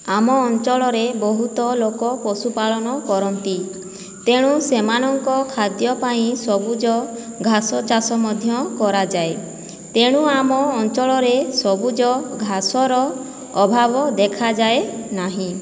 ଆମ ଅଞ୍ଚଳରେ ବହୁତ ଲୋକ ପଶୁ ପାଳନ କରନ୍ତି ତେଣୁ ସେମାନଙ୍କ ଖାଦ୍ୟ ପାଇଁ ସବୁଜ ଘାସ ଚାଷ ମଧ୍ୟ କରାଯାଏ ତେଣୁ ଆମ ଅଞ୍ଚଳରେ ସବୁଜ ଘାସର ଅଭାବ ଦେଖାଯାଏ ନାହିଁ